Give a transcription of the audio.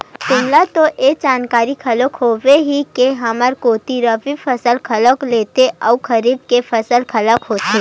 तुमला तो ये जानकारी घलोक हावे ही के हमर कोती रबि फसल घलोक लेथे अउ खरीफ के घलोक फसल होथे